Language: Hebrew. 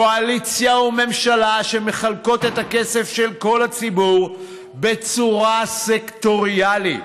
קואליציה וממשלה שמחלקות את הכסף של כל הציבור בצורה סקטוריאלית.